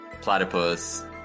platypus